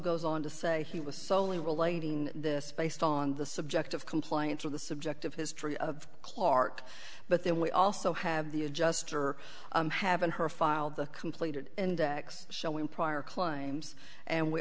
goes on to say he was soley relating this based on the subject of compliance with the subjective history of clark but then we also have the adjuster haven't her file the completed index showing prior claims and we